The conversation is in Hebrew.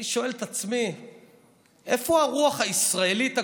אני שואל את עצמי איפה הרוח הישראלית הגדולה.